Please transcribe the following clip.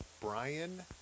Brian